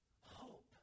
Hope